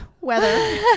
weather